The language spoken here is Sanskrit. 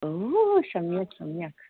ओ सम्यक् सम्यक्